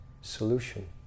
solution